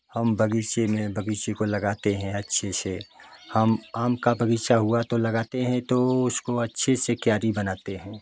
हम बगीचे में बगीचे को लगते हैं अच्छे से हम आम का बगीचा हुआ तो लगाते हैं तो उसको अच्छे से क्यारी बनाते हैं